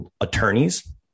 attorneys